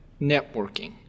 networking